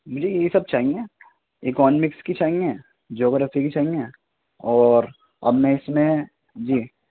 مجھے یہ سب چاہیے اکونمکس کی چاہیے جوگرفی کی چاہیے اور اب میں اس میں جی